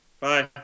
Bye